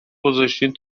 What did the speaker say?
گذاشتین